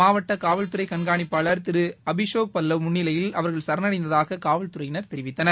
மாவட்டகாவல்துறைகண்காணிப்பாளர் திருஅபிசோக் பல்லவ் முன்னிலையில் அவர்கள் சரணடைந்தாககாவல்துறையினர் தெரிவித்தனர்